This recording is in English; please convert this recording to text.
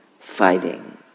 fighting